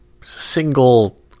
single